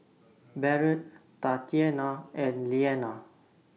Barrett Tatianna and Leana